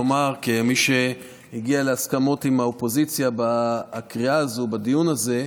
לומר כמי שהגיע להסכמות עם האופוזיציה בדיון הזה,